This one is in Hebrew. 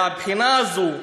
והבחינה הזאת,